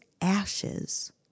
ashes